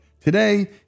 Today